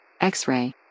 X-Ray